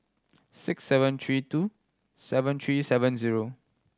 six seven three two seven three seven zero